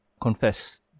confess